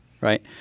right